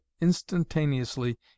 instantaneously